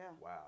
wow